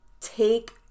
Take